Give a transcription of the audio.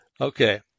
Okay